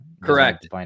correct